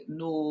no